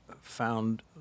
found